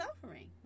suffering